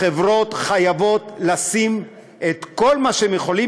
החברות חייבות לשים את כל מה שהן יכולות